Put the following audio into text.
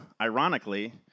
ironically